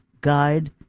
guide